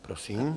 Prosím.